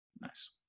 Nice